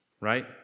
right